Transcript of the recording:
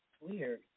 Weird